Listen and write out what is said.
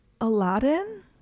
Aladdin